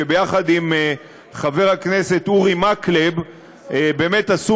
שיחד עם חבר הכנסת אורי מקלב באמת עשו